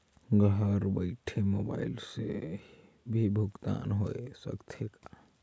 घर बइठे मोबाईल से भी भुगतान होय सकथे का?